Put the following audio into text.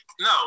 no